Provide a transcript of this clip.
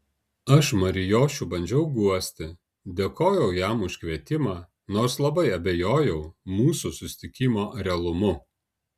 aš marijošių bandžiau guosti dėkojau jam už kvietimą nors labai abejojau mūsų susitikimo realumu